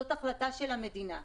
זו החלטה של המדינה.